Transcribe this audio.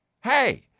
Hey